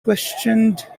questioned